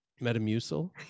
metamucil